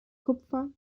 kupfer